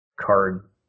card